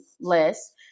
less